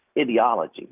ideology